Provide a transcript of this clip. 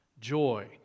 joy